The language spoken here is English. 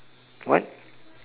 what